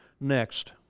next